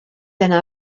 yna